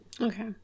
Okay